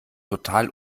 total